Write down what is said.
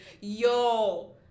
Yo